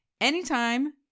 anytime